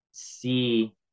see